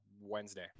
Wednesday